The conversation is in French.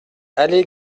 allée